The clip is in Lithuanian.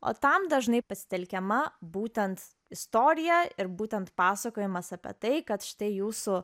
o tam dažnai pasitelkiama būtent istorija ir būtent pasakojimas apie tai kad štai jūsų